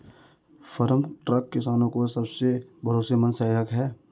farm truck किसानो का सबसे भरोसेमंद सहायक है